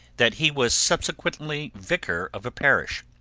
that he was subsequently vicar of a parish.